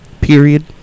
Period